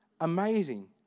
amazing